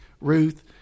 Ruth